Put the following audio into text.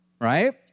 right